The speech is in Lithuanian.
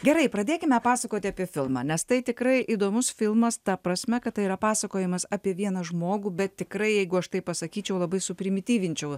gerai pradėkime pasakoti apie filmą nes tai tikrai įdomus filmas ta prasme kad tai yra pasakojimas apie vieną žmogų bet tikrai jeigu aš taip pasakyčiau labai suprimityvinčiau